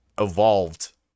evolved